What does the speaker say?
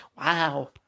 Wow